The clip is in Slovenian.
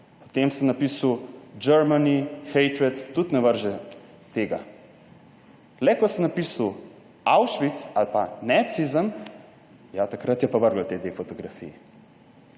Potem sem napisal Germany hatred, tudi ne vrže tega. Le ko sem napisal Auschwitz ali pa Nazism ja, takrat je pa vrglo ti dve fotografiji.